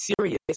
serious